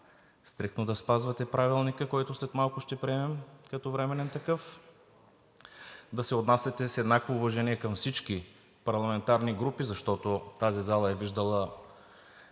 стриктно да спазвате Правилника, който след малко ще приемем като временен такъв, да се отнасяте с еднакво уважение към всички парламентарни групи, защото тази зала е виждала